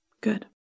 Good